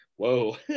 Whoa